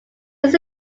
this